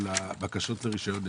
של הבקשות לרישיון נשק.